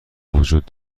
وجود